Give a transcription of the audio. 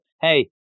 hey